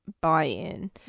buy-in